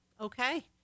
Okay